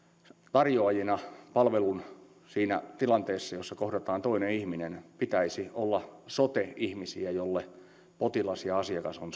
tarjoajina siinä tilanteessa jossa kohdataan toinen ihminen pitäisi olla sote ihmisiä joille potilas ja asiakas on